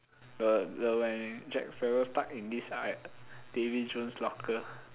the the when Jack Sparrow stuck in this Davy Jones's locker